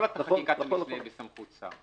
כל חקיקת משנה בסמכות שר.